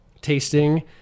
tasting